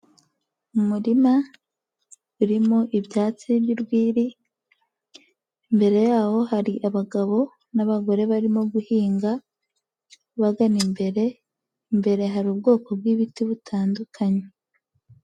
Umurima urimo ibyatsi by'urwiri, imbere yaho hari abagabo n'abagore barimo guhinga bagana imbere, imbere hari ubwoko bw'ibiti butandukanye.